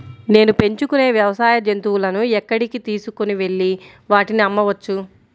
నేను పెంచుకొనే వ్యవసాయ జంతువులను ఎక్కడికి తీసుకొనివెళ్ళి వాటిని అమ్మవచ్చు?